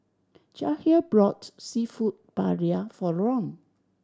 Jahir brought Seafood Paella for Ron